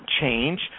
change